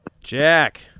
Jack